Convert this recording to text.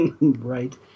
Right